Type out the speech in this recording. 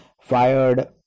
fired